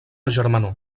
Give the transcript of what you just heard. germanor